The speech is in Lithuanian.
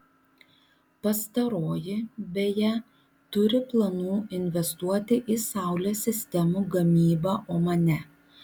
pastaroji beje turi planų investuoti į saulės sistemų gamybą omane